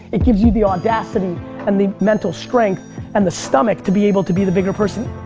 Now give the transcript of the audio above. it gives you the audacity and the mental strength and the stomach to be able to be the bigger person.